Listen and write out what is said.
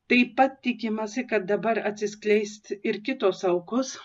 taip pat tikimasi kad dabar atsiskleist ir kitos aukos